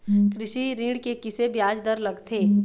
कृषि ऋण के किसे ब्याज दर लगथे?